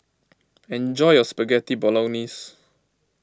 enjoy your Spaghetti Bolognese